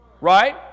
Right